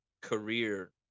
career